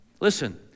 Listen